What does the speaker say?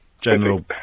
general